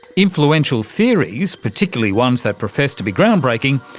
influential theories, particularly ones that profess to be ground-breaking,